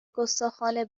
گستاخانه